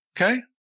Okay